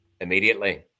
immediately